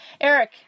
eric